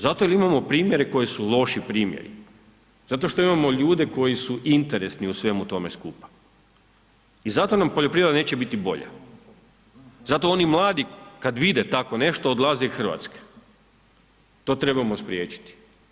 Zato jer imamo primjere koji su loši primjeri, zato što imamo ljude koji su interesni u svemu tome skupa, i zato nam poljoprivreda neće biti bolja, zato oni mladi kad vide takvo nešto odlaze iz Hrvatske, to trebamo spriječiti.